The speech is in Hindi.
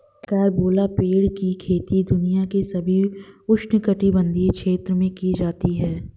कैरम्बोला पेड़ की खेती दुनिया के सभी उष्णकटिबंधीय क्षेत्रों में की जाती है